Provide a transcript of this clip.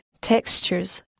textures